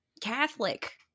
catholic